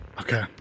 Okay